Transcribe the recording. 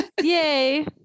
Yay